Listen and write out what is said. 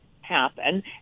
happen